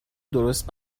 درست